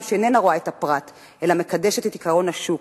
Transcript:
שאיננה רואה את הפרט אלא מקדשת את עקרון השוק,